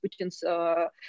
Putin's